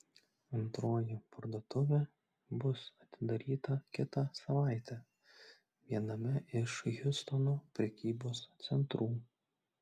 antroji parduotuvė bus atidaryta kitą savaitę viename iš hjustono prekybos centrų